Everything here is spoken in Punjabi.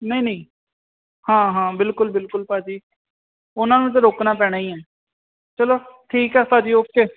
ਨਹੀਂ ਨਹੀਂ ਹਾਂ ਹਾਂ ਬਿਲਕੁਲ ਬਿਲਕੁਲ ਭਾਅ ਜੀ ਉਹਨਾਂ ਨੂੰ ਤਾਂ ਰੋਕਣਾ ਪੈਣਾ ਹੀ ਆ ਚਲੋ ਠੀਕ ਹੈ ਭਾਅ ਜੀ ਓਕੇ